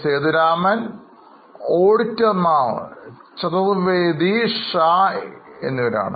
സേതുരാമൻ ഓഡിറ്റർമാർ ചതുർവേദി ഷാ എന്നിവരാണ്